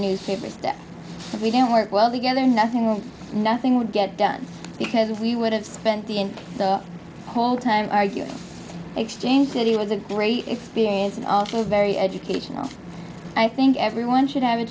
newspapers and we don't work well together nothing more nothing would get done because we would have spent the whole time arguing exchange that it was a great experience and very educational i think everyone should have a